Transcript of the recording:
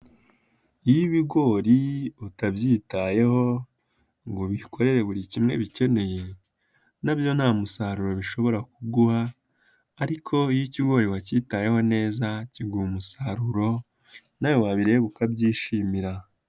Iyo ibigori utabyitayeho ngo ubikorere buri kimwe bikeneye na byo nta musaruro bishobora kuguha, ariko iyo ikigori wacyitayeho neza kiguha umusaruro nawe wabireba ukabyishimira.